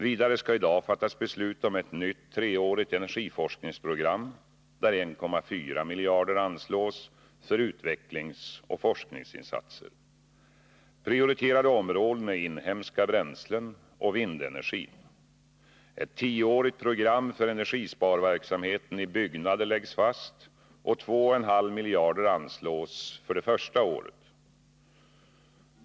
Vidare skall det i dag fattas beslut om ett nytt treårigt energiforskningsprogram, där 1,4 miljarder anslås för utvecklingsoch forskningsinsatser. Prioriterade områden är inhemska bränslen och vindenergi. Ett tioårigt program för energisparverksamheten i byggnader läggs fast, och 2,5 miljarder anslås för det första året.